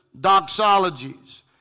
doxologies